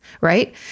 right